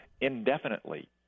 indefinitely